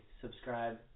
subscribe